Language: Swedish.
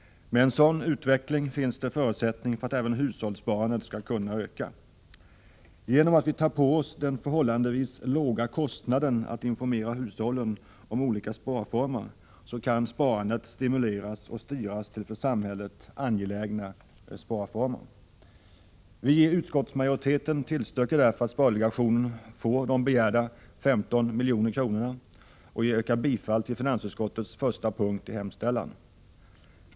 Med en sådan utveckling finns det förutsättningar för att även hushållssparandet skall kunna öka. Genom att vi tar på oss den förhållandevis låga kostnaden för att informera hushållen om olika sparformer kan sparandet stimuleras och styras till för samhället angelägna sparformer. Vi i utskottsmajoriteten tillstyrker därför att spardelegationen får de begärda 15 miljoner kronorna. Jag yrkar bifall till finansutskottets hemställan under den första punkten.